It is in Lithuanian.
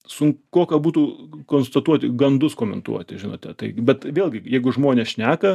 sunkoka būtų konstatuoti gandus komentuoti žinote tai bet vėlgi jeigu žmonės šneka